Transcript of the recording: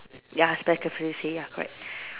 ya ya correct